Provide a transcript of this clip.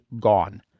gone